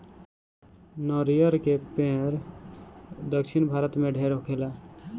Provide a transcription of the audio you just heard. नरियर के पेड़ दक्षिण भारत में ढेर होखेला